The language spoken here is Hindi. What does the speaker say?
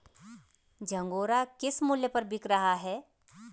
झंगोरा किस मूल्य पर बिक रहा है?